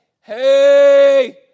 hey